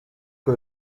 que